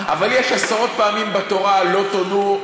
אבל יש עשרות פעמים בתורה "לא תונו"